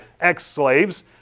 ex-slaves